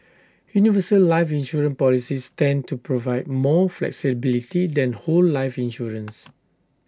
universal life insurance policies tend to provide more flexibility than whole life insurance